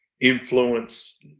influence